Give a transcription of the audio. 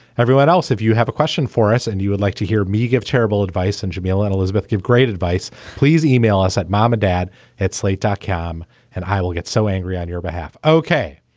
everyone else, if you have a question for us and you would like to hear me give terrible advice and jamal and elizabeth give great advice. please email us at mom or dad at slate dot com and i will get so angry on your behalf ok,